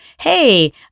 hey